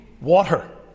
Water